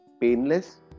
painless